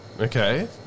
okay